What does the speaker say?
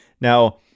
Now